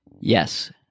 Yes